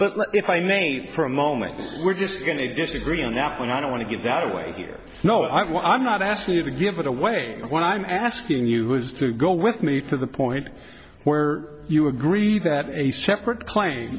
but if i may for a moment we're just going to disagree on that one i don't want to give that away here no i was not asking you to give it away what i'm asking you is to go with me to the point where you agree that a separate claim